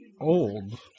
old